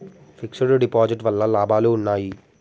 Fix డ్ deposit వల్ల లాభాలు ఉన్నాయి?